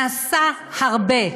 נעשה הרבה,